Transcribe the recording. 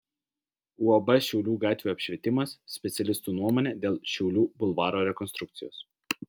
uab šiaulių gatvių apšvietimas specialistų nuomonė dėl šiaulių bulvaro rekonstrukcijos